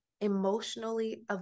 emotionally